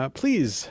please